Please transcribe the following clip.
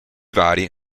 vari